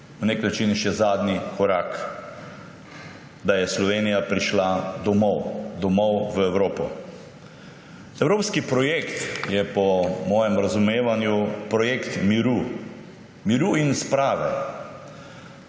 na nek način še zadnji korak, da je Slovenija prišla domov, domov v Evropo. Evropski projekt je po mojem razumevanju projekt miru. Miru in sprave.